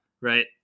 right